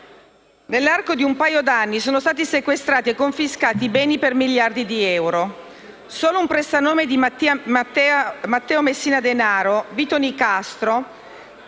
Nell'arco di un paio di anni sono stati sequestrati e confiscati beni per miliardi di euro. Solo a un prestanome di Matteo Messina Denaro, Vito Nicastro,